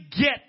get